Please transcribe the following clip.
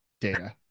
data